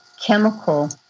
chemical